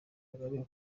kagame